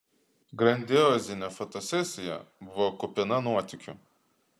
grandiozinė fotosesija buvo kupina nuotykių